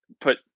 put